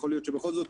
יכול להיות שבכל זאת